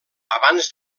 abans